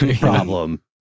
problem